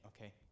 okay